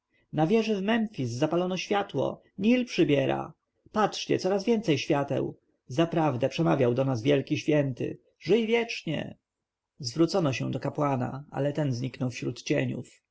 na wieży w memfis zapalono światło nil przybiera patrzcie coraz więcej świateł zaprawdę przemawiał do nas wielki święty żyj wiecznie zwrócono się do kapłana ale ten zniknął wśród cieniów